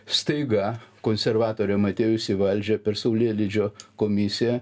staiga konservatoriam atėjus į valdžią per saulėlydžio komisiją